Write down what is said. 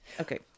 Okay